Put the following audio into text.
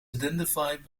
identified